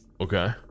Okay